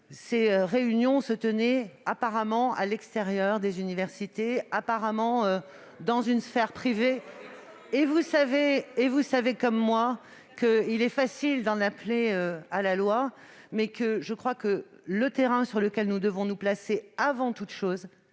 ces réunions se tenaient apparemment à l'extérieur des universités, dans la sphère privée. Vous le savez comme moi, il est facile d'en appeler à la loi, mais le terrain sur lequel nous devons nous placer, avant toute chose,